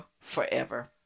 forever